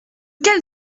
quel